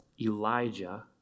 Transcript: Elijah